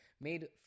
Made